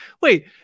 wait